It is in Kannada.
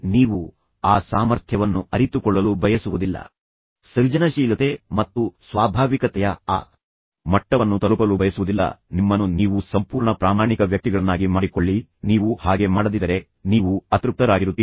ಈಗ ಈ ವಿಷಯಗಳನ್ನು ನೆನಪಿಸಿಕೊಳ್ಳುತ್ತಾ ಪ್ರೀತಿ ಇದೆ ಎಂದು ಅವರಿಗೆ ಮನವರಿಕೆ ಮಾಡಿಕೊಡಿ ಮತ್ತು ನಂತರ ಅದು ಈ ಕ್ಷುಲ್ಲಕ ಪರಿಸ್ಥಿತಿಯಿಂದ ದೂರ ಆಗಬಾರದು ನಾವು ಅವರನ್ನು ಮತ್ತೆ ಗೆಲುವು ಗೆಲುವಿನ ಪರಿಸ್ಥಿತಿಗೆ ತರುತ್ತೇವೆ